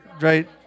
right